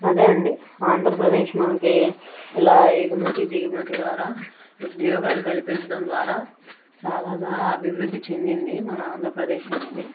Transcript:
అదే అండి ఆంధ్రప్రదేశ్ మనకి ఇలా ఎగుమతి దిగుమతి ద్వారా ఉద్యోగాలు కల్పించడం ద్వారా చాలా ద్వారా అభివృద్ధి చెందింది మన ఆంధ్రప్రదేశ్ అనేది